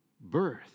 birth